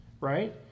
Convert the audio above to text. right